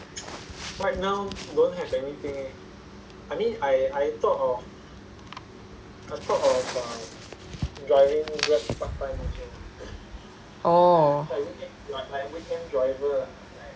oh